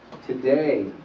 Today